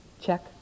check